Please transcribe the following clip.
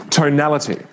tonality